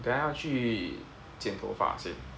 等下还要去剪头发先